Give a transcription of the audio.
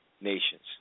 Nations